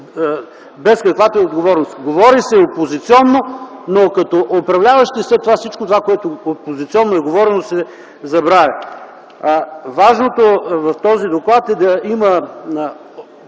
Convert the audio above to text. без каквато и да е отговорност. Говори се опозиционно, но като управляващи всичко това, което опозиционно е говорено, се забравя. Важното в този доклад е да има